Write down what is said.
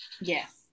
Yes